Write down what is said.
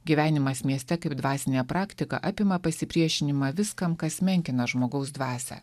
gyvenimas mieste kaip dvasinė praktika apima pasipriešinimą viskam kas menkina žmogaus dvasią